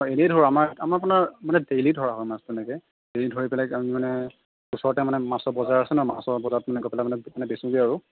হয় এনে ধৰোঁ আমাৰ আমাৰ আপোনাৰ ডেইলি ধৰা হয় মাছ তেনেকৈ ডেইলি ধৰি পেলাই আমি মানে ওচৰতে মানে মাছৰ বজাৰ আছে ন মাছৰ বজাৰত মানে গৈ পেলাই মানে বেচোগে আৰু